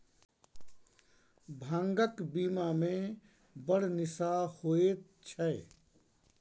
भांगक बियामे बड़ निशा होएत छै